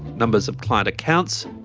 numbers of client accounts,